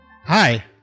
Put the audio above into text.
Hi